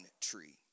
tree